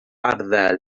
arddel